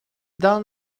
down